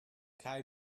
kaj